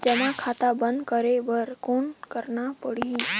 जमा खाता बंद करे बर कौन करना पड़ही?